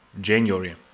January